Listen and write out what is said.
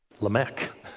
Lamech